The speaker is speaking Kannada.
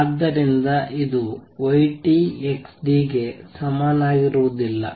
ಆದ್ದರಿಂದ ಇದು y x ಗೆ ಸಮನಾಗಿರುವುದಿಲ್ಲ